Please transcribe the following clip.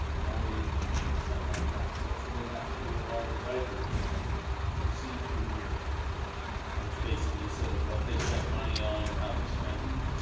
and all these need to be semi processed. then we have some of the large ledgers you see through here which basically says what they spent money on and how they spent it.